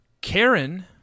Karen